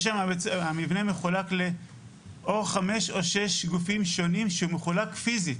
המבנה מחולק לחמש או שש גופים שונים שהוא מחולק פיזית